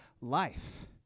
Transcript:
life